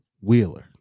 Wheeler